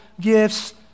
gifts